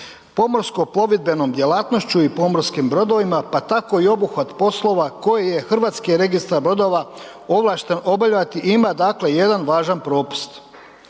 pomorsko plovidbenom djelatnošću i pomorskim brodovima, pa tako i obuhvat poslova koji je HRB ovlašten obavljati ima, dakle jedan važan propust.